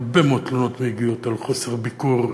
הרבה מאוד תלונות מגיעות על חוסר ביקור,